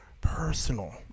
personal